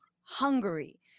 Hungary